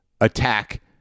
attack